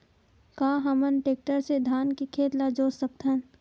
का हमन टेक्टर से धान के खेत ल जोत सकथन?